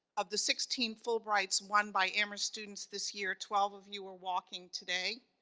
of the sixteen fulbright's won by amherst students this year, twelve of you are walking today.